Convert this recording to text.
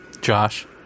Josh